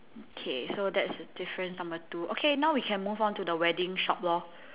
okay so that's difference number two okay now we can move on to the wedding shop lor